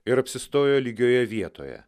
ir apsistojo lygioje vietoje